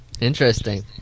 Interesting